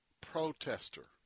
protester